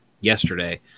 yesterday